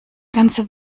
ganze